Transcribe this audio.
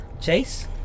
Chase